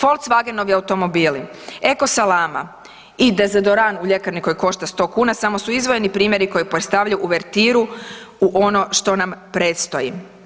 Wolkswagenovi automobili, eko salama i dezodorans u ljekarni koji košta 100 kn, samo su izdvojeni primjeri koji predstavljaju uvertiru u ono što nam predstoji.